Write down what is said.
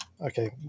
Okay